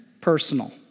personal